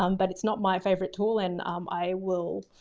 um but it's not my favourite tool and um i will